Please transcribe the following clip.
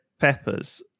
peppers